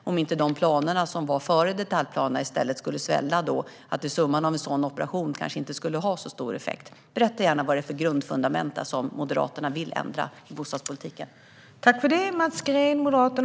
Skulle inte planerna före detaljplanerna i stället svälla då, så att summan av en sådan operation kanske inte skulle ha så stor effekt? Berätta gärna vilka grundfundament i bostadspolitiken som Moderaterna vill ändra, Mats Green!